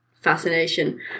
fascination